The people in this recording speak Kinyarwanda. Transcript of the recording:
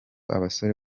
abasore